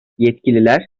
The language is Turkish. yetkililer